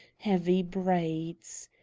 heavy braids.